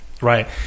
right